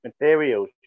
materials